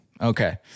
okay